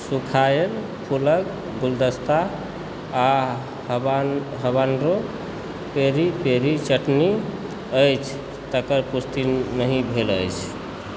सुखायल फूलक गुलदस्ता आ हवानरो पेरी पेरी चटनी अछि तकर पुष्टि नहि भेल अछि